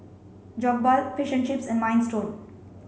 Jokbal Fish and Chips and Minestrone